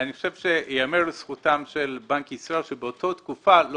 אני חושב שייאמר לזכותו של בנק ישראל שבאותה תקופה לא